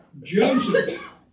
Joseph